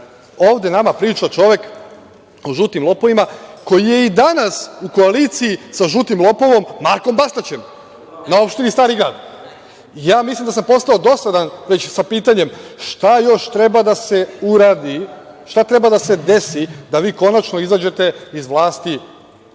ovde nama priča čovek o žutim lopovima, koji je i danas u koaliciji sa žutim lopovom Markom Bastaćem na opštini Stari grad. Ja mislim da sam postao dosadan već sa pitanjem šta još treba da se uradi, šta treba da se desi da vi konačno izađete iz vlasti